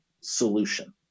solution